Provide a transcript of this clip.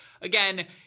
again